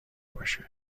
باشه